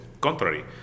Contrary